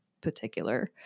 particular